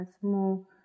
small